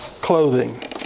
clothing